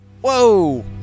Whoa